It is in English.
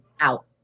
out